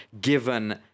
given